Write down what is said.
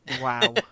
wow